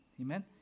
amen